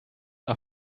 are